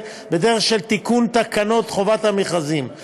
למבקר המדינה יש סמכות מינהלית, לא פלילית.